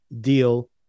deal